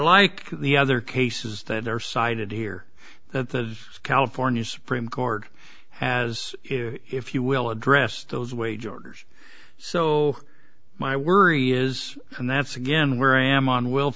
like the other cases that are cited here that the california supreme court has if you will address those wage orders so my worry is and that's again where i am on w